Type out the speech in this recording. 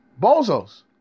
Bozos